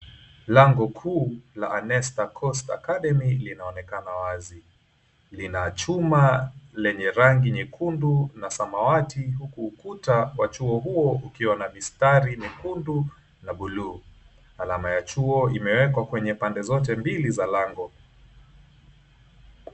Lango kuu la "Anesta Coast Academy" linaonekana wazi. Lina chuma lenye rangi nyekundu na samawati huku ukuta wa chuo huo ukiwa na vistari mekundu na buluu. Alama ya chuo imewekwa kwenye pande zote mbili za lango.